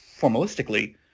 formalistically